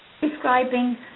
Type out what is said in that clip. describing